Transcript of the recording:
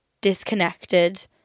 disconnected